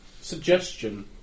Suggestion